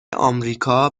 آمریکا